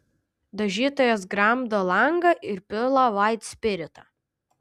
dažytojas gramdo langą ir pila vaitspiritą